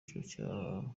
icyiciro